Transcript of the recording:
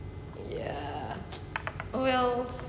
ya or else